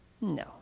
No